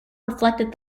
reflected